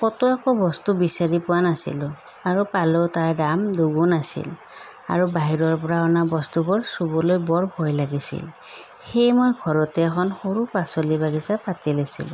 ক'তো একো বস্তু বিচাৰি পোৱা নাছিলোঁ আৰু পালেও তাৰ দাম দুগুণ আছিল আৰু বাহিৰৰ পৰা অনা বস্তুবোৰ চুবলৈ বৰ ভয় লাগিছিল সেয়ে মই ঘৰতে এখন সৰু পাচলিৰ বাগিচা পাতি লৈছিলোঁ